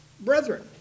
Brethren